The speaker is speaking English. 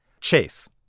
Chase